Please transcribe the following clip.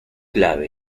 clave